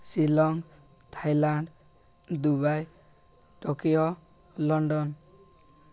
Shillong Thailand Dubai Tokyo London